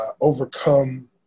overcome